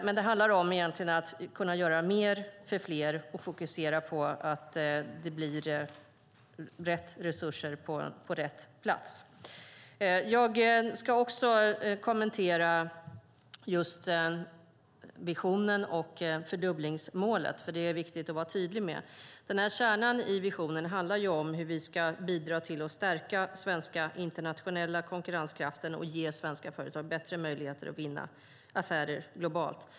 Det handlar egentligen om att göra mer för fler och att fokusera på att det blir rätt resurser på rätt plats. Jag ska också kommentera visionen och fördubblingsmålet, för detta är viktigt att vara tydlig med. Kärnan i visionen handlar om hur vi ska bidra till att stärka Sveriges internationella konkurrenskraft och ge svenska företag bättre möjligheter att vinna affärer globalt.